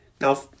Now